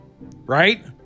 right